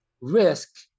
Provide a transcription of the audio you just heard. risk